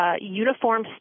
Uniform